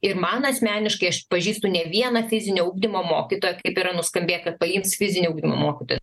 ir man asmeniškai aš pažįstu ne vieną fizinio ugdymo mokytoją kaip yra nuskambėję kad paims fizinio ugdymo mokytoj